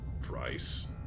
price